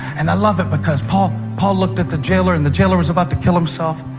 and i love it, because paul paul looked at the jailer, and the jailer was about to kill himself.